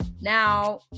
Now